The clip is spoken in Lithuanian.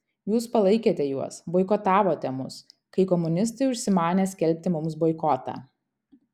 jūs palaikėte juos boikotavote mus kai komunistai užsimanė skelbti mums boikotą